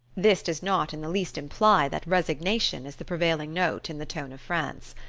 this does not in the least imply that resignation is the prevailing note in the tone of france.